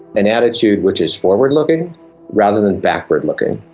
an attitude which is forward-looking rather than backward looking,